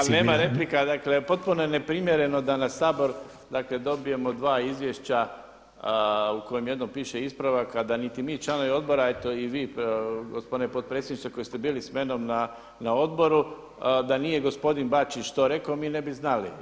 Ali nema replika, dakle potpuno je neprimjereno da na Sabor dakle dobijemo dva izvješća u kojem jednom piše ispravak a da niti mi članovi odbora a eto i vi gospodine potpredsjedniče koji ste bili samnom na odboru da nije gospodin Bačić to rekao mi ne bi znali.